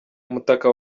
umutaka